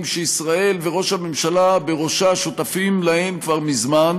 שישראל וראש הממשלה בראשה שותפים להם כבר מזמן,